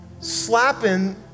slapping